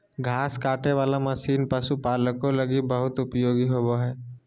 घास काटे वाला मशीन पशुपालको लगी बहुत उपयोगी होबो हइ